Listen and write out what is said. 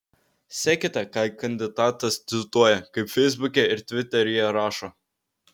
sekite ką kandidatas cituoja kaip feisbuke ir tviteryje rašo